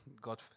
God